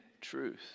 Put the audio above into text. truth